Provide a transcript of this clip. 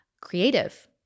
creative